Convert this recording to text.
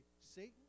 Satan